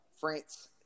France